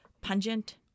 pungent